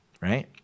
Right